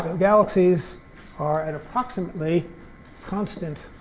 galaxies are at approximately constant